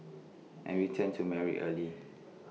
and we tend to marry early